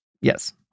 Yes